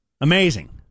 Amazing